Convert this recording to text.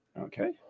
Okay